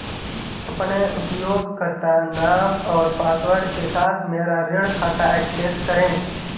अपने उपयोगकर्ता नाम और पासवर्ड के साथ मेरा ऋण खाता एक्सेस करें